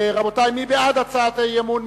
רבותי, מי בעד הצעת האי-אמון?